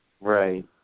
Right